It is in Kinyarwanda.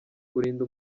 kurinda